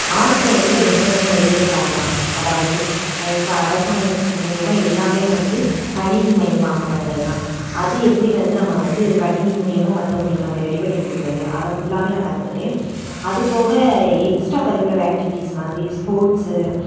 ஆன்லைனில் என்னென்ன எது எது பண்ணலாம் அதாவது இப்போ அரசாங்கத்து மூலியமாக எல்லாம் வந்து கணினி மயமாக்கப்பட்டது தான் அது எப்படி வந்து நம்ம வந்து கணினி மூலியமாக மற்றவங்களுக்கு நம்ம ரெடி பண்ணி கொடுக்கறது அதை ஃபுல்லாவுமே நான் கற்றுக்கிட்டேன் அதுபோக எக்ஸ்ட்ரா கரிக்குலர் ஆக்ட்டிவிட்டீஸ் மாதிரி ஸ்போர்ட்ஸு